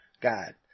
God